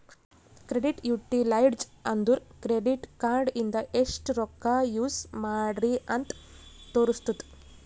credit utilized ಅಂದುರ್ credit card ಇಂದ ಎಸ್ಟ್ ರೊಕ್ಕಾ ಯೂಸ್ ಮಾಡ್ರಿ ಅಂತ್ ತೋರುಸ್ತುದ್